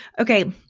Okay